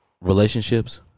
relationships